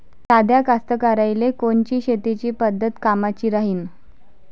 साध्या कास्तकाराइले कोनची शेतीची पद्धत कामाची राहीन?